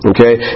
Okay